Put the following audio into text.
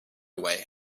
away